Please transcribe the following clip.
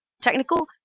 technical